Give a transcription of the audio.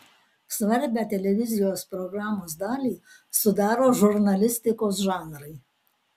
svarbią televizijos programos dalį sudaro žurnalistikos žanrai